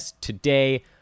today